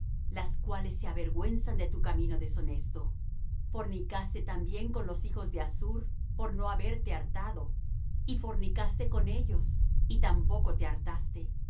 las cuales se avergüenzan de tu camino deshonesto fornicaste también con los hijos de assur por no haberte hartado y fornicaste con ellos y tampoco te hartaste